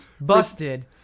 Busted